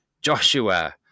joshua